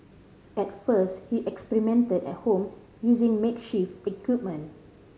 at first he experimented at home using makeshift equipment